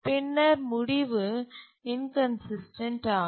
பின்னர் முடிவு இன்கன்சிஸ்டன்ட் ஆகும்